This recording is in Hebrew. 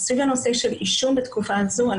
סביב הנושא של עישון בתקופה הזו,